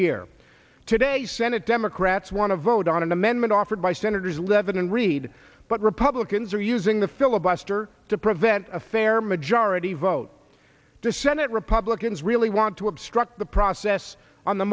year today senate democrats want to vote on an amendment offered by senators levin and reid but republicans are using the filibuster to prevent a fair majority vote to senate republicans really want to obstruct the process on the